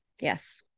Yes